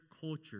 culture